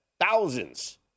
thousands